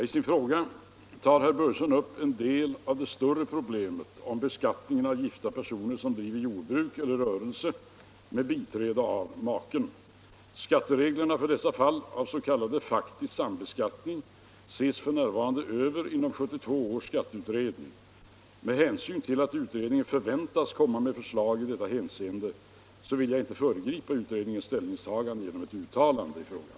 I sin fråga tar herr Börjesson upp en del av det större problemet om beskattningen av gifta personer som driver jordbruk eller rörelse med biträde av maken. Skattereglerna för dessa fall av s.k. faktisk sambeskattning ses f. n. över inom 1972 års skatteutredning. Med hänsyn till att utredningen förväntas komma med förslag i detta hänseende vill jag inte föregripa utredningens ställningstagande genom ett uttalande i frågan.